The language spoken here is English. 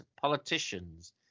politicians